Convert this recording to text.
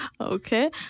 okay